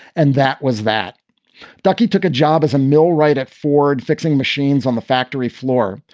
and that was that ducky took a job as a millwright at ford fixing machines on the factory floor.